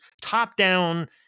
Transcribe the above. top-down